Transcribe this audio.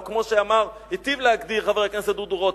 או כמו שהיטיב להגדיר חבר הכנסת דודו רותם,